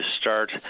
start